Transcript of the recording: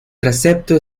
transepto